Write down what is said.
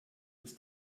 des